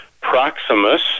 proximus